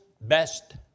best